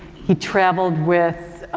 he traveled with,